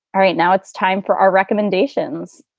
all right. now it's time for our recommendations.